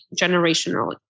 generationally